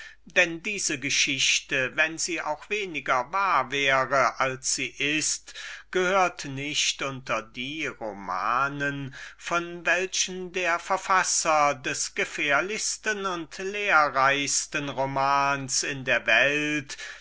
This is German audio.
denn diese geschichte wenn sie auch weniger wahr wäre als sie ist gehört nicht unter die gefährlichen romanen von welchen der verfasser des gefährlichsten und lehrreichsten romans in der welt